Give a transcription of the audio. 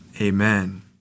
Amen